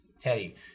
Teddy